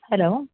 hello